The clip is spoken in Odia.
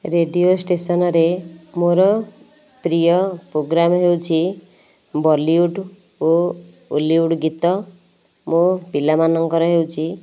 ରେଡ଼ିଓ ଷ୍ଟେସନରେ ମୋର ପ୍ରିୟ ପ୍ରୋଗ୍ରାମ୍ ହେଉଛି ବଲିଉଡ଼ ଓ ଅଲିଉଡ଼ ଗୀତ ମୋ ପିଲାମାନଙ୍କର ହେଉଛି